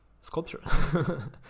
Sculpture